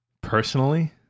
Personally